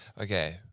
Okay